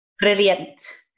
Brilliant